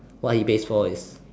what he pays for is